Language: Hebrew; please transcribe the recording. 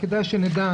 כדאי שנדע,